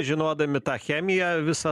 žinodami tą chemiją visą